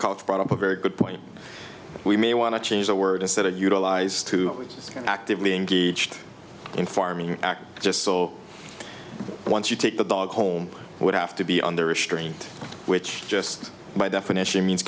cox brought up a very good point we may want to change the word is that it utilized to actively engaged in farming or act just so once you take the dog home would have to be under restraint which just by definition means